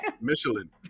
Michelin